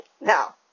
Now